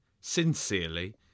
sincerely